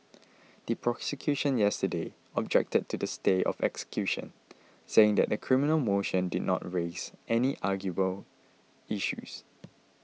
the prosecution yesterday objected to the stay of execution saying the criminal motion did not raise any arguable issues